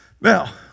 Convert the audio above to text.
Now